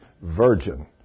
virgin